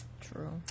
True